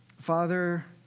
Father